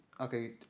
okay